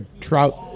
trout